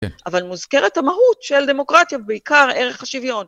אבל מוזכרת המהות של דמוקרטיה, בעיקר ערך השוויון.